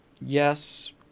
yes